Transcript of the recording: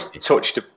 touched